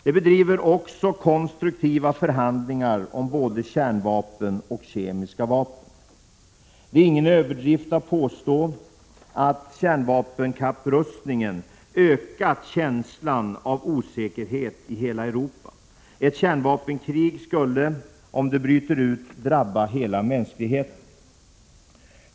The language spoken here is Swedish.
De bedriver också konstruktiva förhandlingar om både kärnvapen och kemiska vapen. Det är ingen överdrift att påstå att kärnvapenkapprustningen ökat känslan av osäkerhet i hela Europa. Ett kärnvapenkrig skulle om det bryter ut drabba hela mänskligheten.